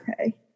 Okay